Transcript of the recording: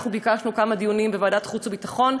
אנחנו ביקשנו כמה דיונים בוועדת החוץ והביטחון.